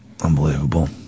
Unbelievable